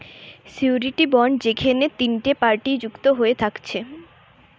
surety bond যেখেনে তিনটে party যুক্ত হয়ে থাকছে